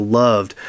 loved